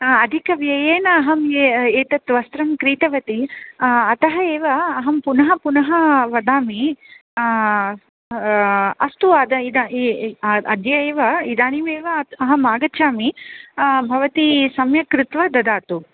अधिकव्ययेन अहम् एतत् वस्त्रं क्रीतवती अतः एव अहं पुनः पुनः वदामि अस्तु अद्य एव इदानीमेव अहम् आगच्छामि भवती सम्यक् कृत्वा ददातु